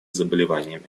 заболеваниями